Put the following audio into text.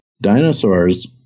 dinosaurs